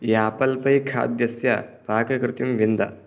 apple pie खाद्यस्य पाककृतिं wind